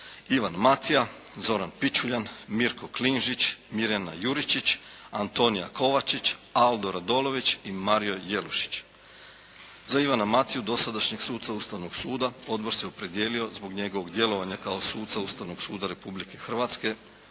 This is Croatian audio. Ivan Matija, Zoran Pičulja, Mirko Klinžić, Mirjana Juričić, Antonija Kovačić, Aldo Radolović i Mario Jelušić. Za Ivana Matiju, dosadašnjeg suca Ustavnog suda odbor se opredijelio zbog njegovog djelovanja kao suca Ustavnog suda Republike Hrvatske.